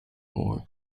more